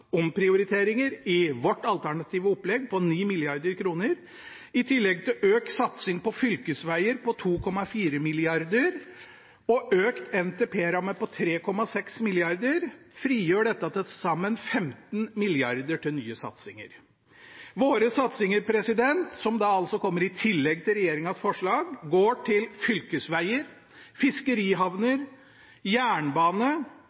omprioriteringer i vårt alternative opplegg på 9 mrd. kr. I tillegg til økt satsing på fylkesveger med 2,4 mrd. kr og økt NTP-ramme med 3,6 mrd. kr frigjør dette til sammen 15 mrd. kr til nye satsinger. Våre satsinger – som da altså kommer i tillegg til regjeringens forslag – går til